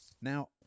now